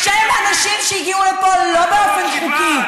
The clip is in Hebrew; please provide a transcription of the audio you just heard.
שהם אנשים שהגיעו לפה לא באופן חוקי.